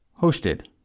hosted